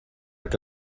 que